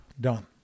done